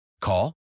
Call